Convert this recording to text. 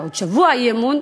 ועוד שבוע אי-אמון,